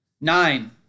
Nine